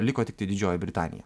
liko tiktai didžioji britanija